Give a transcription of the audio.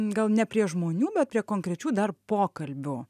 gal ne prie žmonių bet prie konkrečių dar pokalbių